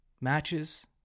matches